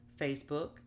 Facebook